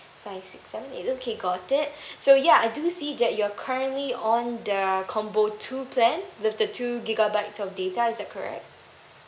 five six seven eight okay got it so ya I do see that you're currently on the combo two plan with the two gigabytes of data is that correct